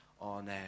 on